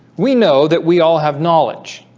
we know that we all have knowledge